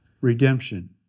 Redemption